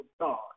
God